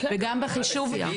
וגם החישוב,